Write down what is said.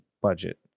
budget